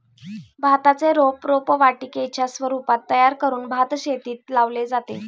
भाताचे रोप रोपवाटिकेच्या स्वरूपात तयार करून भातशेतीत लावले जाते